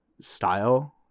style